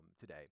today